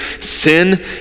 sin